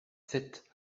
sept